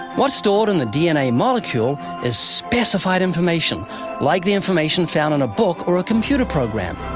what's stored in the dna molecule is specified information like the information found in a book or a computer program.